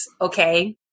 Okay